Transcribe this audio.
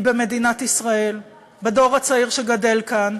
היא במדינת ישראל, בדור הצעיר שגדל כאן,